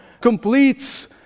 completes